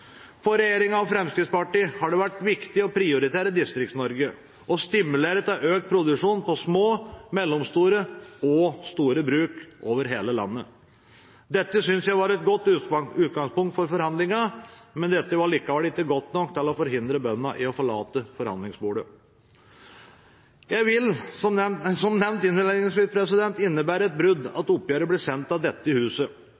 For regjeringen og Fremskrittspartiet har det vært viktig å prioritere Distrikts-Norge og å stimulere til økt produksjon på små, mellomstore og store bruk over hele landet. Dette synes jeg var et godt utgangspunkt for forhandlingene, men var likevel ikke godt nok til å forhindre bøndene i å forlate forhandlingsbordet. Som nevnt innledningsvis, innebar et brudd